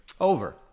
Over